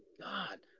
God